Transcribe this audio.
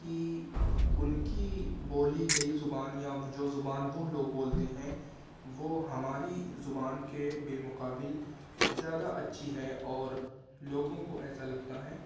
کہ ان كی بولی گئی زبان یا جو زبان وہ لوگ بولتے ہیں وہ ہماری زبان کے بالمقابل زیادہ اچھی ہے اور لوگوں کو ایسا لگتا ہے